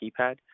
keypad